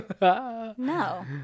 No